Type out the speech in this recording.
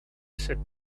sat